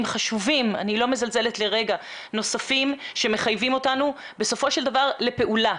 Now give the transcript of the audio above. חשובים שאני לא מזלזלת בהם שמחייבים אותנו בסופו של דבר לפעולה.